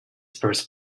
first